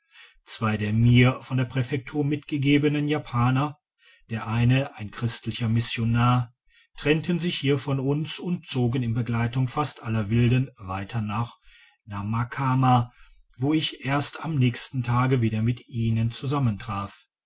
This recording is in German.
zwei der mir von der präfektur mitgegebenen japaner der eine ein christlicher missionar trennten sich hier von uns und zogen in begleitung fast aller wilden weiter nach namakama wo ich erst am nächsten tage wieder mit ihnen